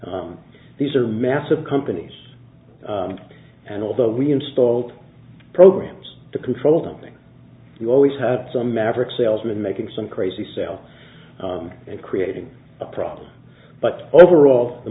digits these are massive companies and although we installed programs to control them thing you always had some maverick salesman making some crazy sell and creating a problem but overall the